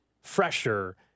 fresher